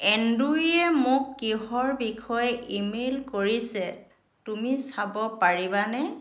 এণ্ড্ৰিউয়ে মোক কিহৰ বিষয়ে ই মেইল কৰিছে তুমি চাব পাৰিবানে